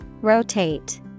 Rotate